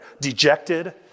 dejected